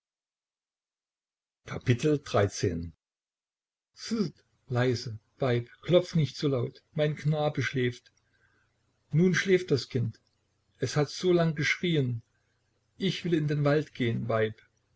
leise weib klopf nicht so laut mein knabe schläft nun schläft das kind es hat so lang geschrieen ich will in den wald gehn weib